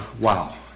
wow